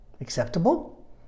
acceptable